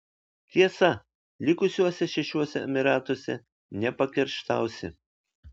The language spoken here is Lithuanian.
tiesa likusiuose šešiuose emyratuose nepakerštausi